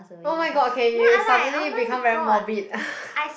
oh-my-god okay you suddenly become very morbid